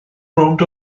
rownd